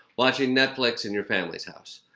watching netflix in your family's house.